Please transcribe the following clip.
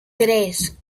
tres